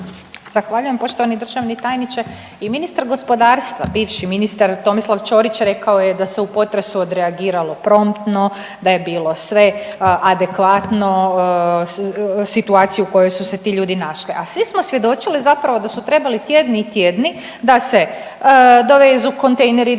Zahvaljujem. Poštovani državni tajniče. I ministar gospodarstva bivši ministar Tomislav Ćorić rekao je da se u potresu odreagiralo promptno, da je bilo sve adekvatno situacija u kojoj su se ti ljudi našli, a svi smo svjedočili zapravo da su trebali tjedni i tjedni da se dovezu kontejneri, da